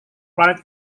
planet